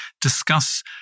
discuss